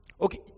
okay